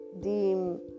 deem